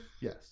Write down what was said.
yes